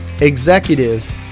executives